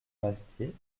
mazetier